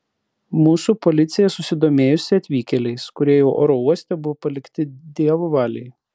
mūsų policija susidomėjusi atvykėliais kurie jau oro uoste buvo palikti dievo valiai